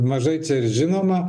mažai žinoma